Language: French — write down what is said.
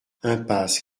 impasse